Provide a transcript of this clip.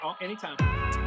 Anytime